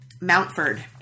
Mountford